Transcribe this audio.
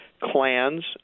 clans